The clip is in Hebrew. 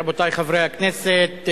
רבותי חברי הכנסת,